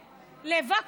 לז'קלין.